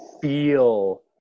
Feel